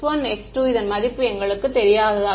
x1x2 இதன் மதிப்பு எங்களுக்குத் தெரியாது